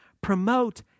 promote